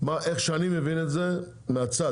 כמו שאני מבין את זה מהצד,